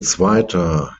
zweiter